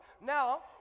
Now